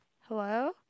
Hello